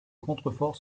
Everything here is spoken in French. contreforts